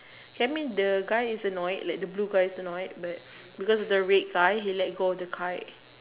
I mean the guy is annoyed the blue is annoyed but because of the red guy he let go of the kite